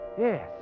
Yes